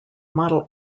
model